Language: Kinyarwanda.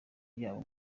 yabo